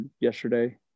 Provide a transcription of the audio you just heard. yesterday